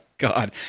God